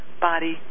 body